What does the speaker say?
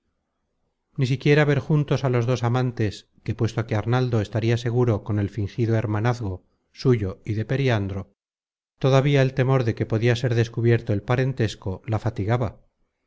ni quisiera ver juntos á los dos amantes que puesto que arnaldo estaria seguro con el fingido hermanazgo suyo y de periandro todavía el temor de que podia ser descubierto el parentesco la fatigaba